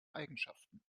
eigenschaften